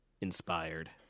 inspired